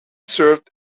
served